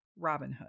Robinhood